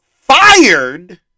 fired